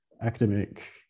academic